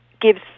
gives